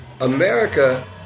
America